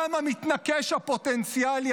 גם המתנקש הפוטנציאלי,